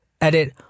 Edit